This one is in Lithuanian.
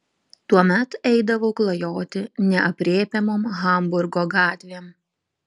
tuomet eidavau klajoti neaprėpiamom hamburgo gatvėm